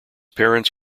parents